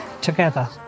together